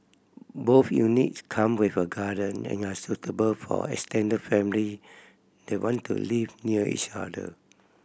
both units come with a garden and are suitable for extended family that want to live near each other